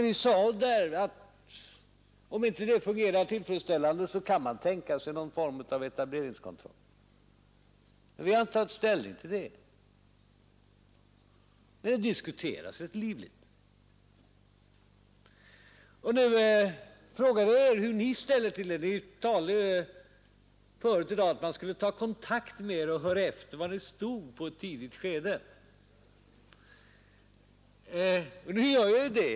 Vi sade att om det inte fungerar tillfredsställande kan man tänka sig någon form av etableringskontroll. Vi har inte tagit ställning till det, men det diskuteras rätt livligt. Nu frågar vi hur ni ställer er till det. Ni talade förut i dag om att man skulle ta kontakt med er och höra efter var ni stod i ett tidigt skede. Nu gör vi det.